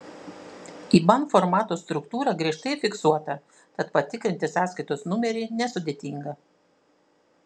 iban formato struktūra griežtai fiksuota tad patikrinti sąskaitos numerį nesudėtinga